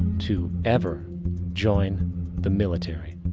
to ever join the military.